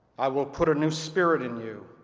i will put a new spirit in you.